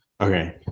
Okay